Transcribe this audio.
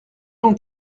nom